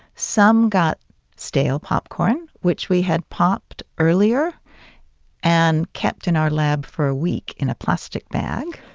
some got stale popcorn which we had popped earlier and kept in our lab for a week in a plastic bag.